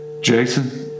Jason